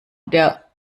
der